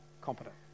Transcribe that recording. competent